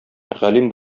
галим